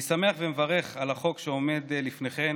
אני שמח ומברך על החוק שעומד לפניכם.